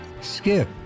Skip